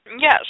Yes